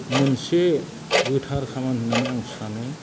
मोनसे गोथार खामानि होन्नानै आं सानो